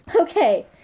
Okay